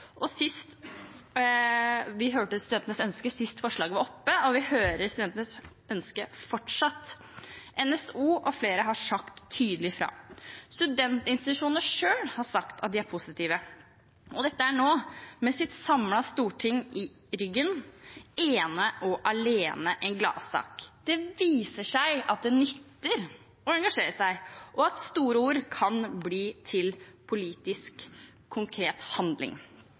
fortsatt. NSO og flere har sagt tydelig fra. Studentinstitusjonene selv har sagt at de er positive. Dette er nå, med et samlet storting i ryggen, ene og alene en gladsak. Det viser at det nytter å engasjere seg, og at store ord kan bli til politisk konkret handling.